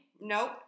Nope